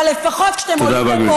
אבל לפחות כשאתם עולים לפה,